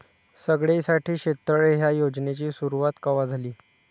सगळ्याइसाठी शेततळे ह्या योजनेची सुरुवात कवा झाली?